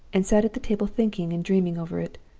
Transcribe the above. and sat at the table thinking and dreaming over it.